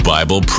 Bible